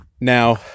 Now